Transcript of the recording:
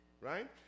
right